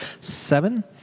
seven